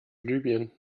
libyen